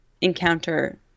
encounter